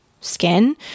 skin